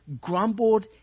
grumbled